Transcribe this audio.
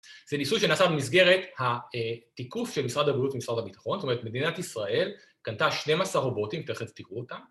‫זה ניסוי שנעשה במסגרת ‫התיקוף של משרד הבריאות ומשרד הביטחון, ‫זאת אומרת, מדינת ישראל ‫קנתה 12 רובוטים, תכף תראו אותם